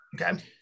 okay